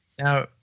Now